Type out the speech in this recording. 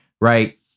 right